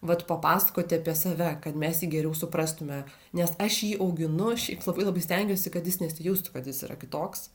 vat papasakoti apie save kad mes jį geriau suprastume nes aš jį auginu šiaip labai labai stengiuosi kad jis nesijaustų kad jis yra kitoks